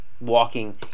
walking